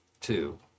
two